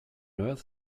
earth